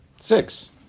Six